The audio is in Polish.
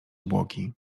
obłoki